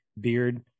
Beard